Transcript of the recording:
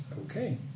Okay